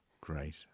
Great